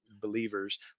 believers